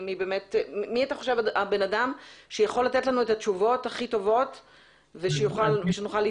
זה בדיוק מה שרציתי לשאול,